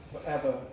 forever